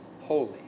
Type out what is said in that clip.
holy